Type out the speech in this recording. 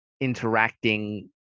interacting